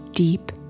Deep